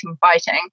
fighting